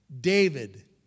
David